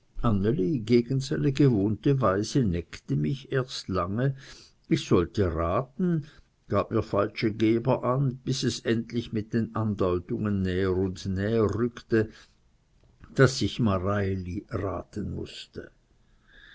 seine gewohnte weise neckte mich erst lange ich sollte raten gab mir falsche geber an bis es endlich mit den andeutungen näher und näher rückte daß ich mareili raten müßte